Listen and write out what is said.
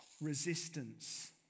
resistance